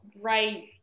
right